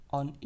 on